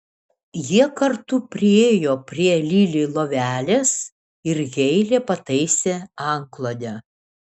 jie kartu priėjo prie lili lovelės ir heilė pataisė antklodę